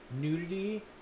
nudity